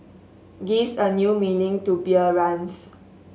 gives a new meaning to beer runs